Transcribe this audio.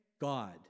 God